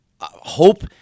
hope